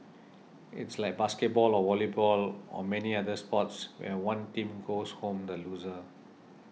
it's like basketball or volleyball or many other sports where one team goes home the loser